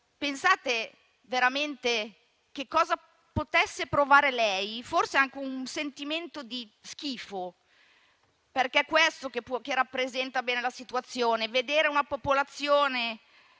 Pensate che cosa potesse provare lei, forse anche un sentimento di schifo perché è questo che rappresenta bene la situazione, di fronte ad una popolazione